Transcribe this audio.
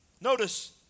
notice